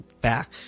back